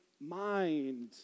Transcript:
mind